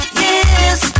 yes